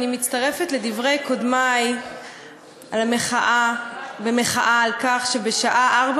אני מצטרפת לדברי קודמי במחאה על כך שבשעה ארבע